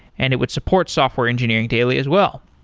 and it would support software engineering daily as well.